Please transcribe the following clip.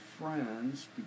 friends